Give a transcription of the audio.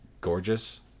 gorgeous